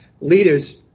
leaders